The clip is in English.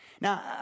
Now